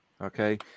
okay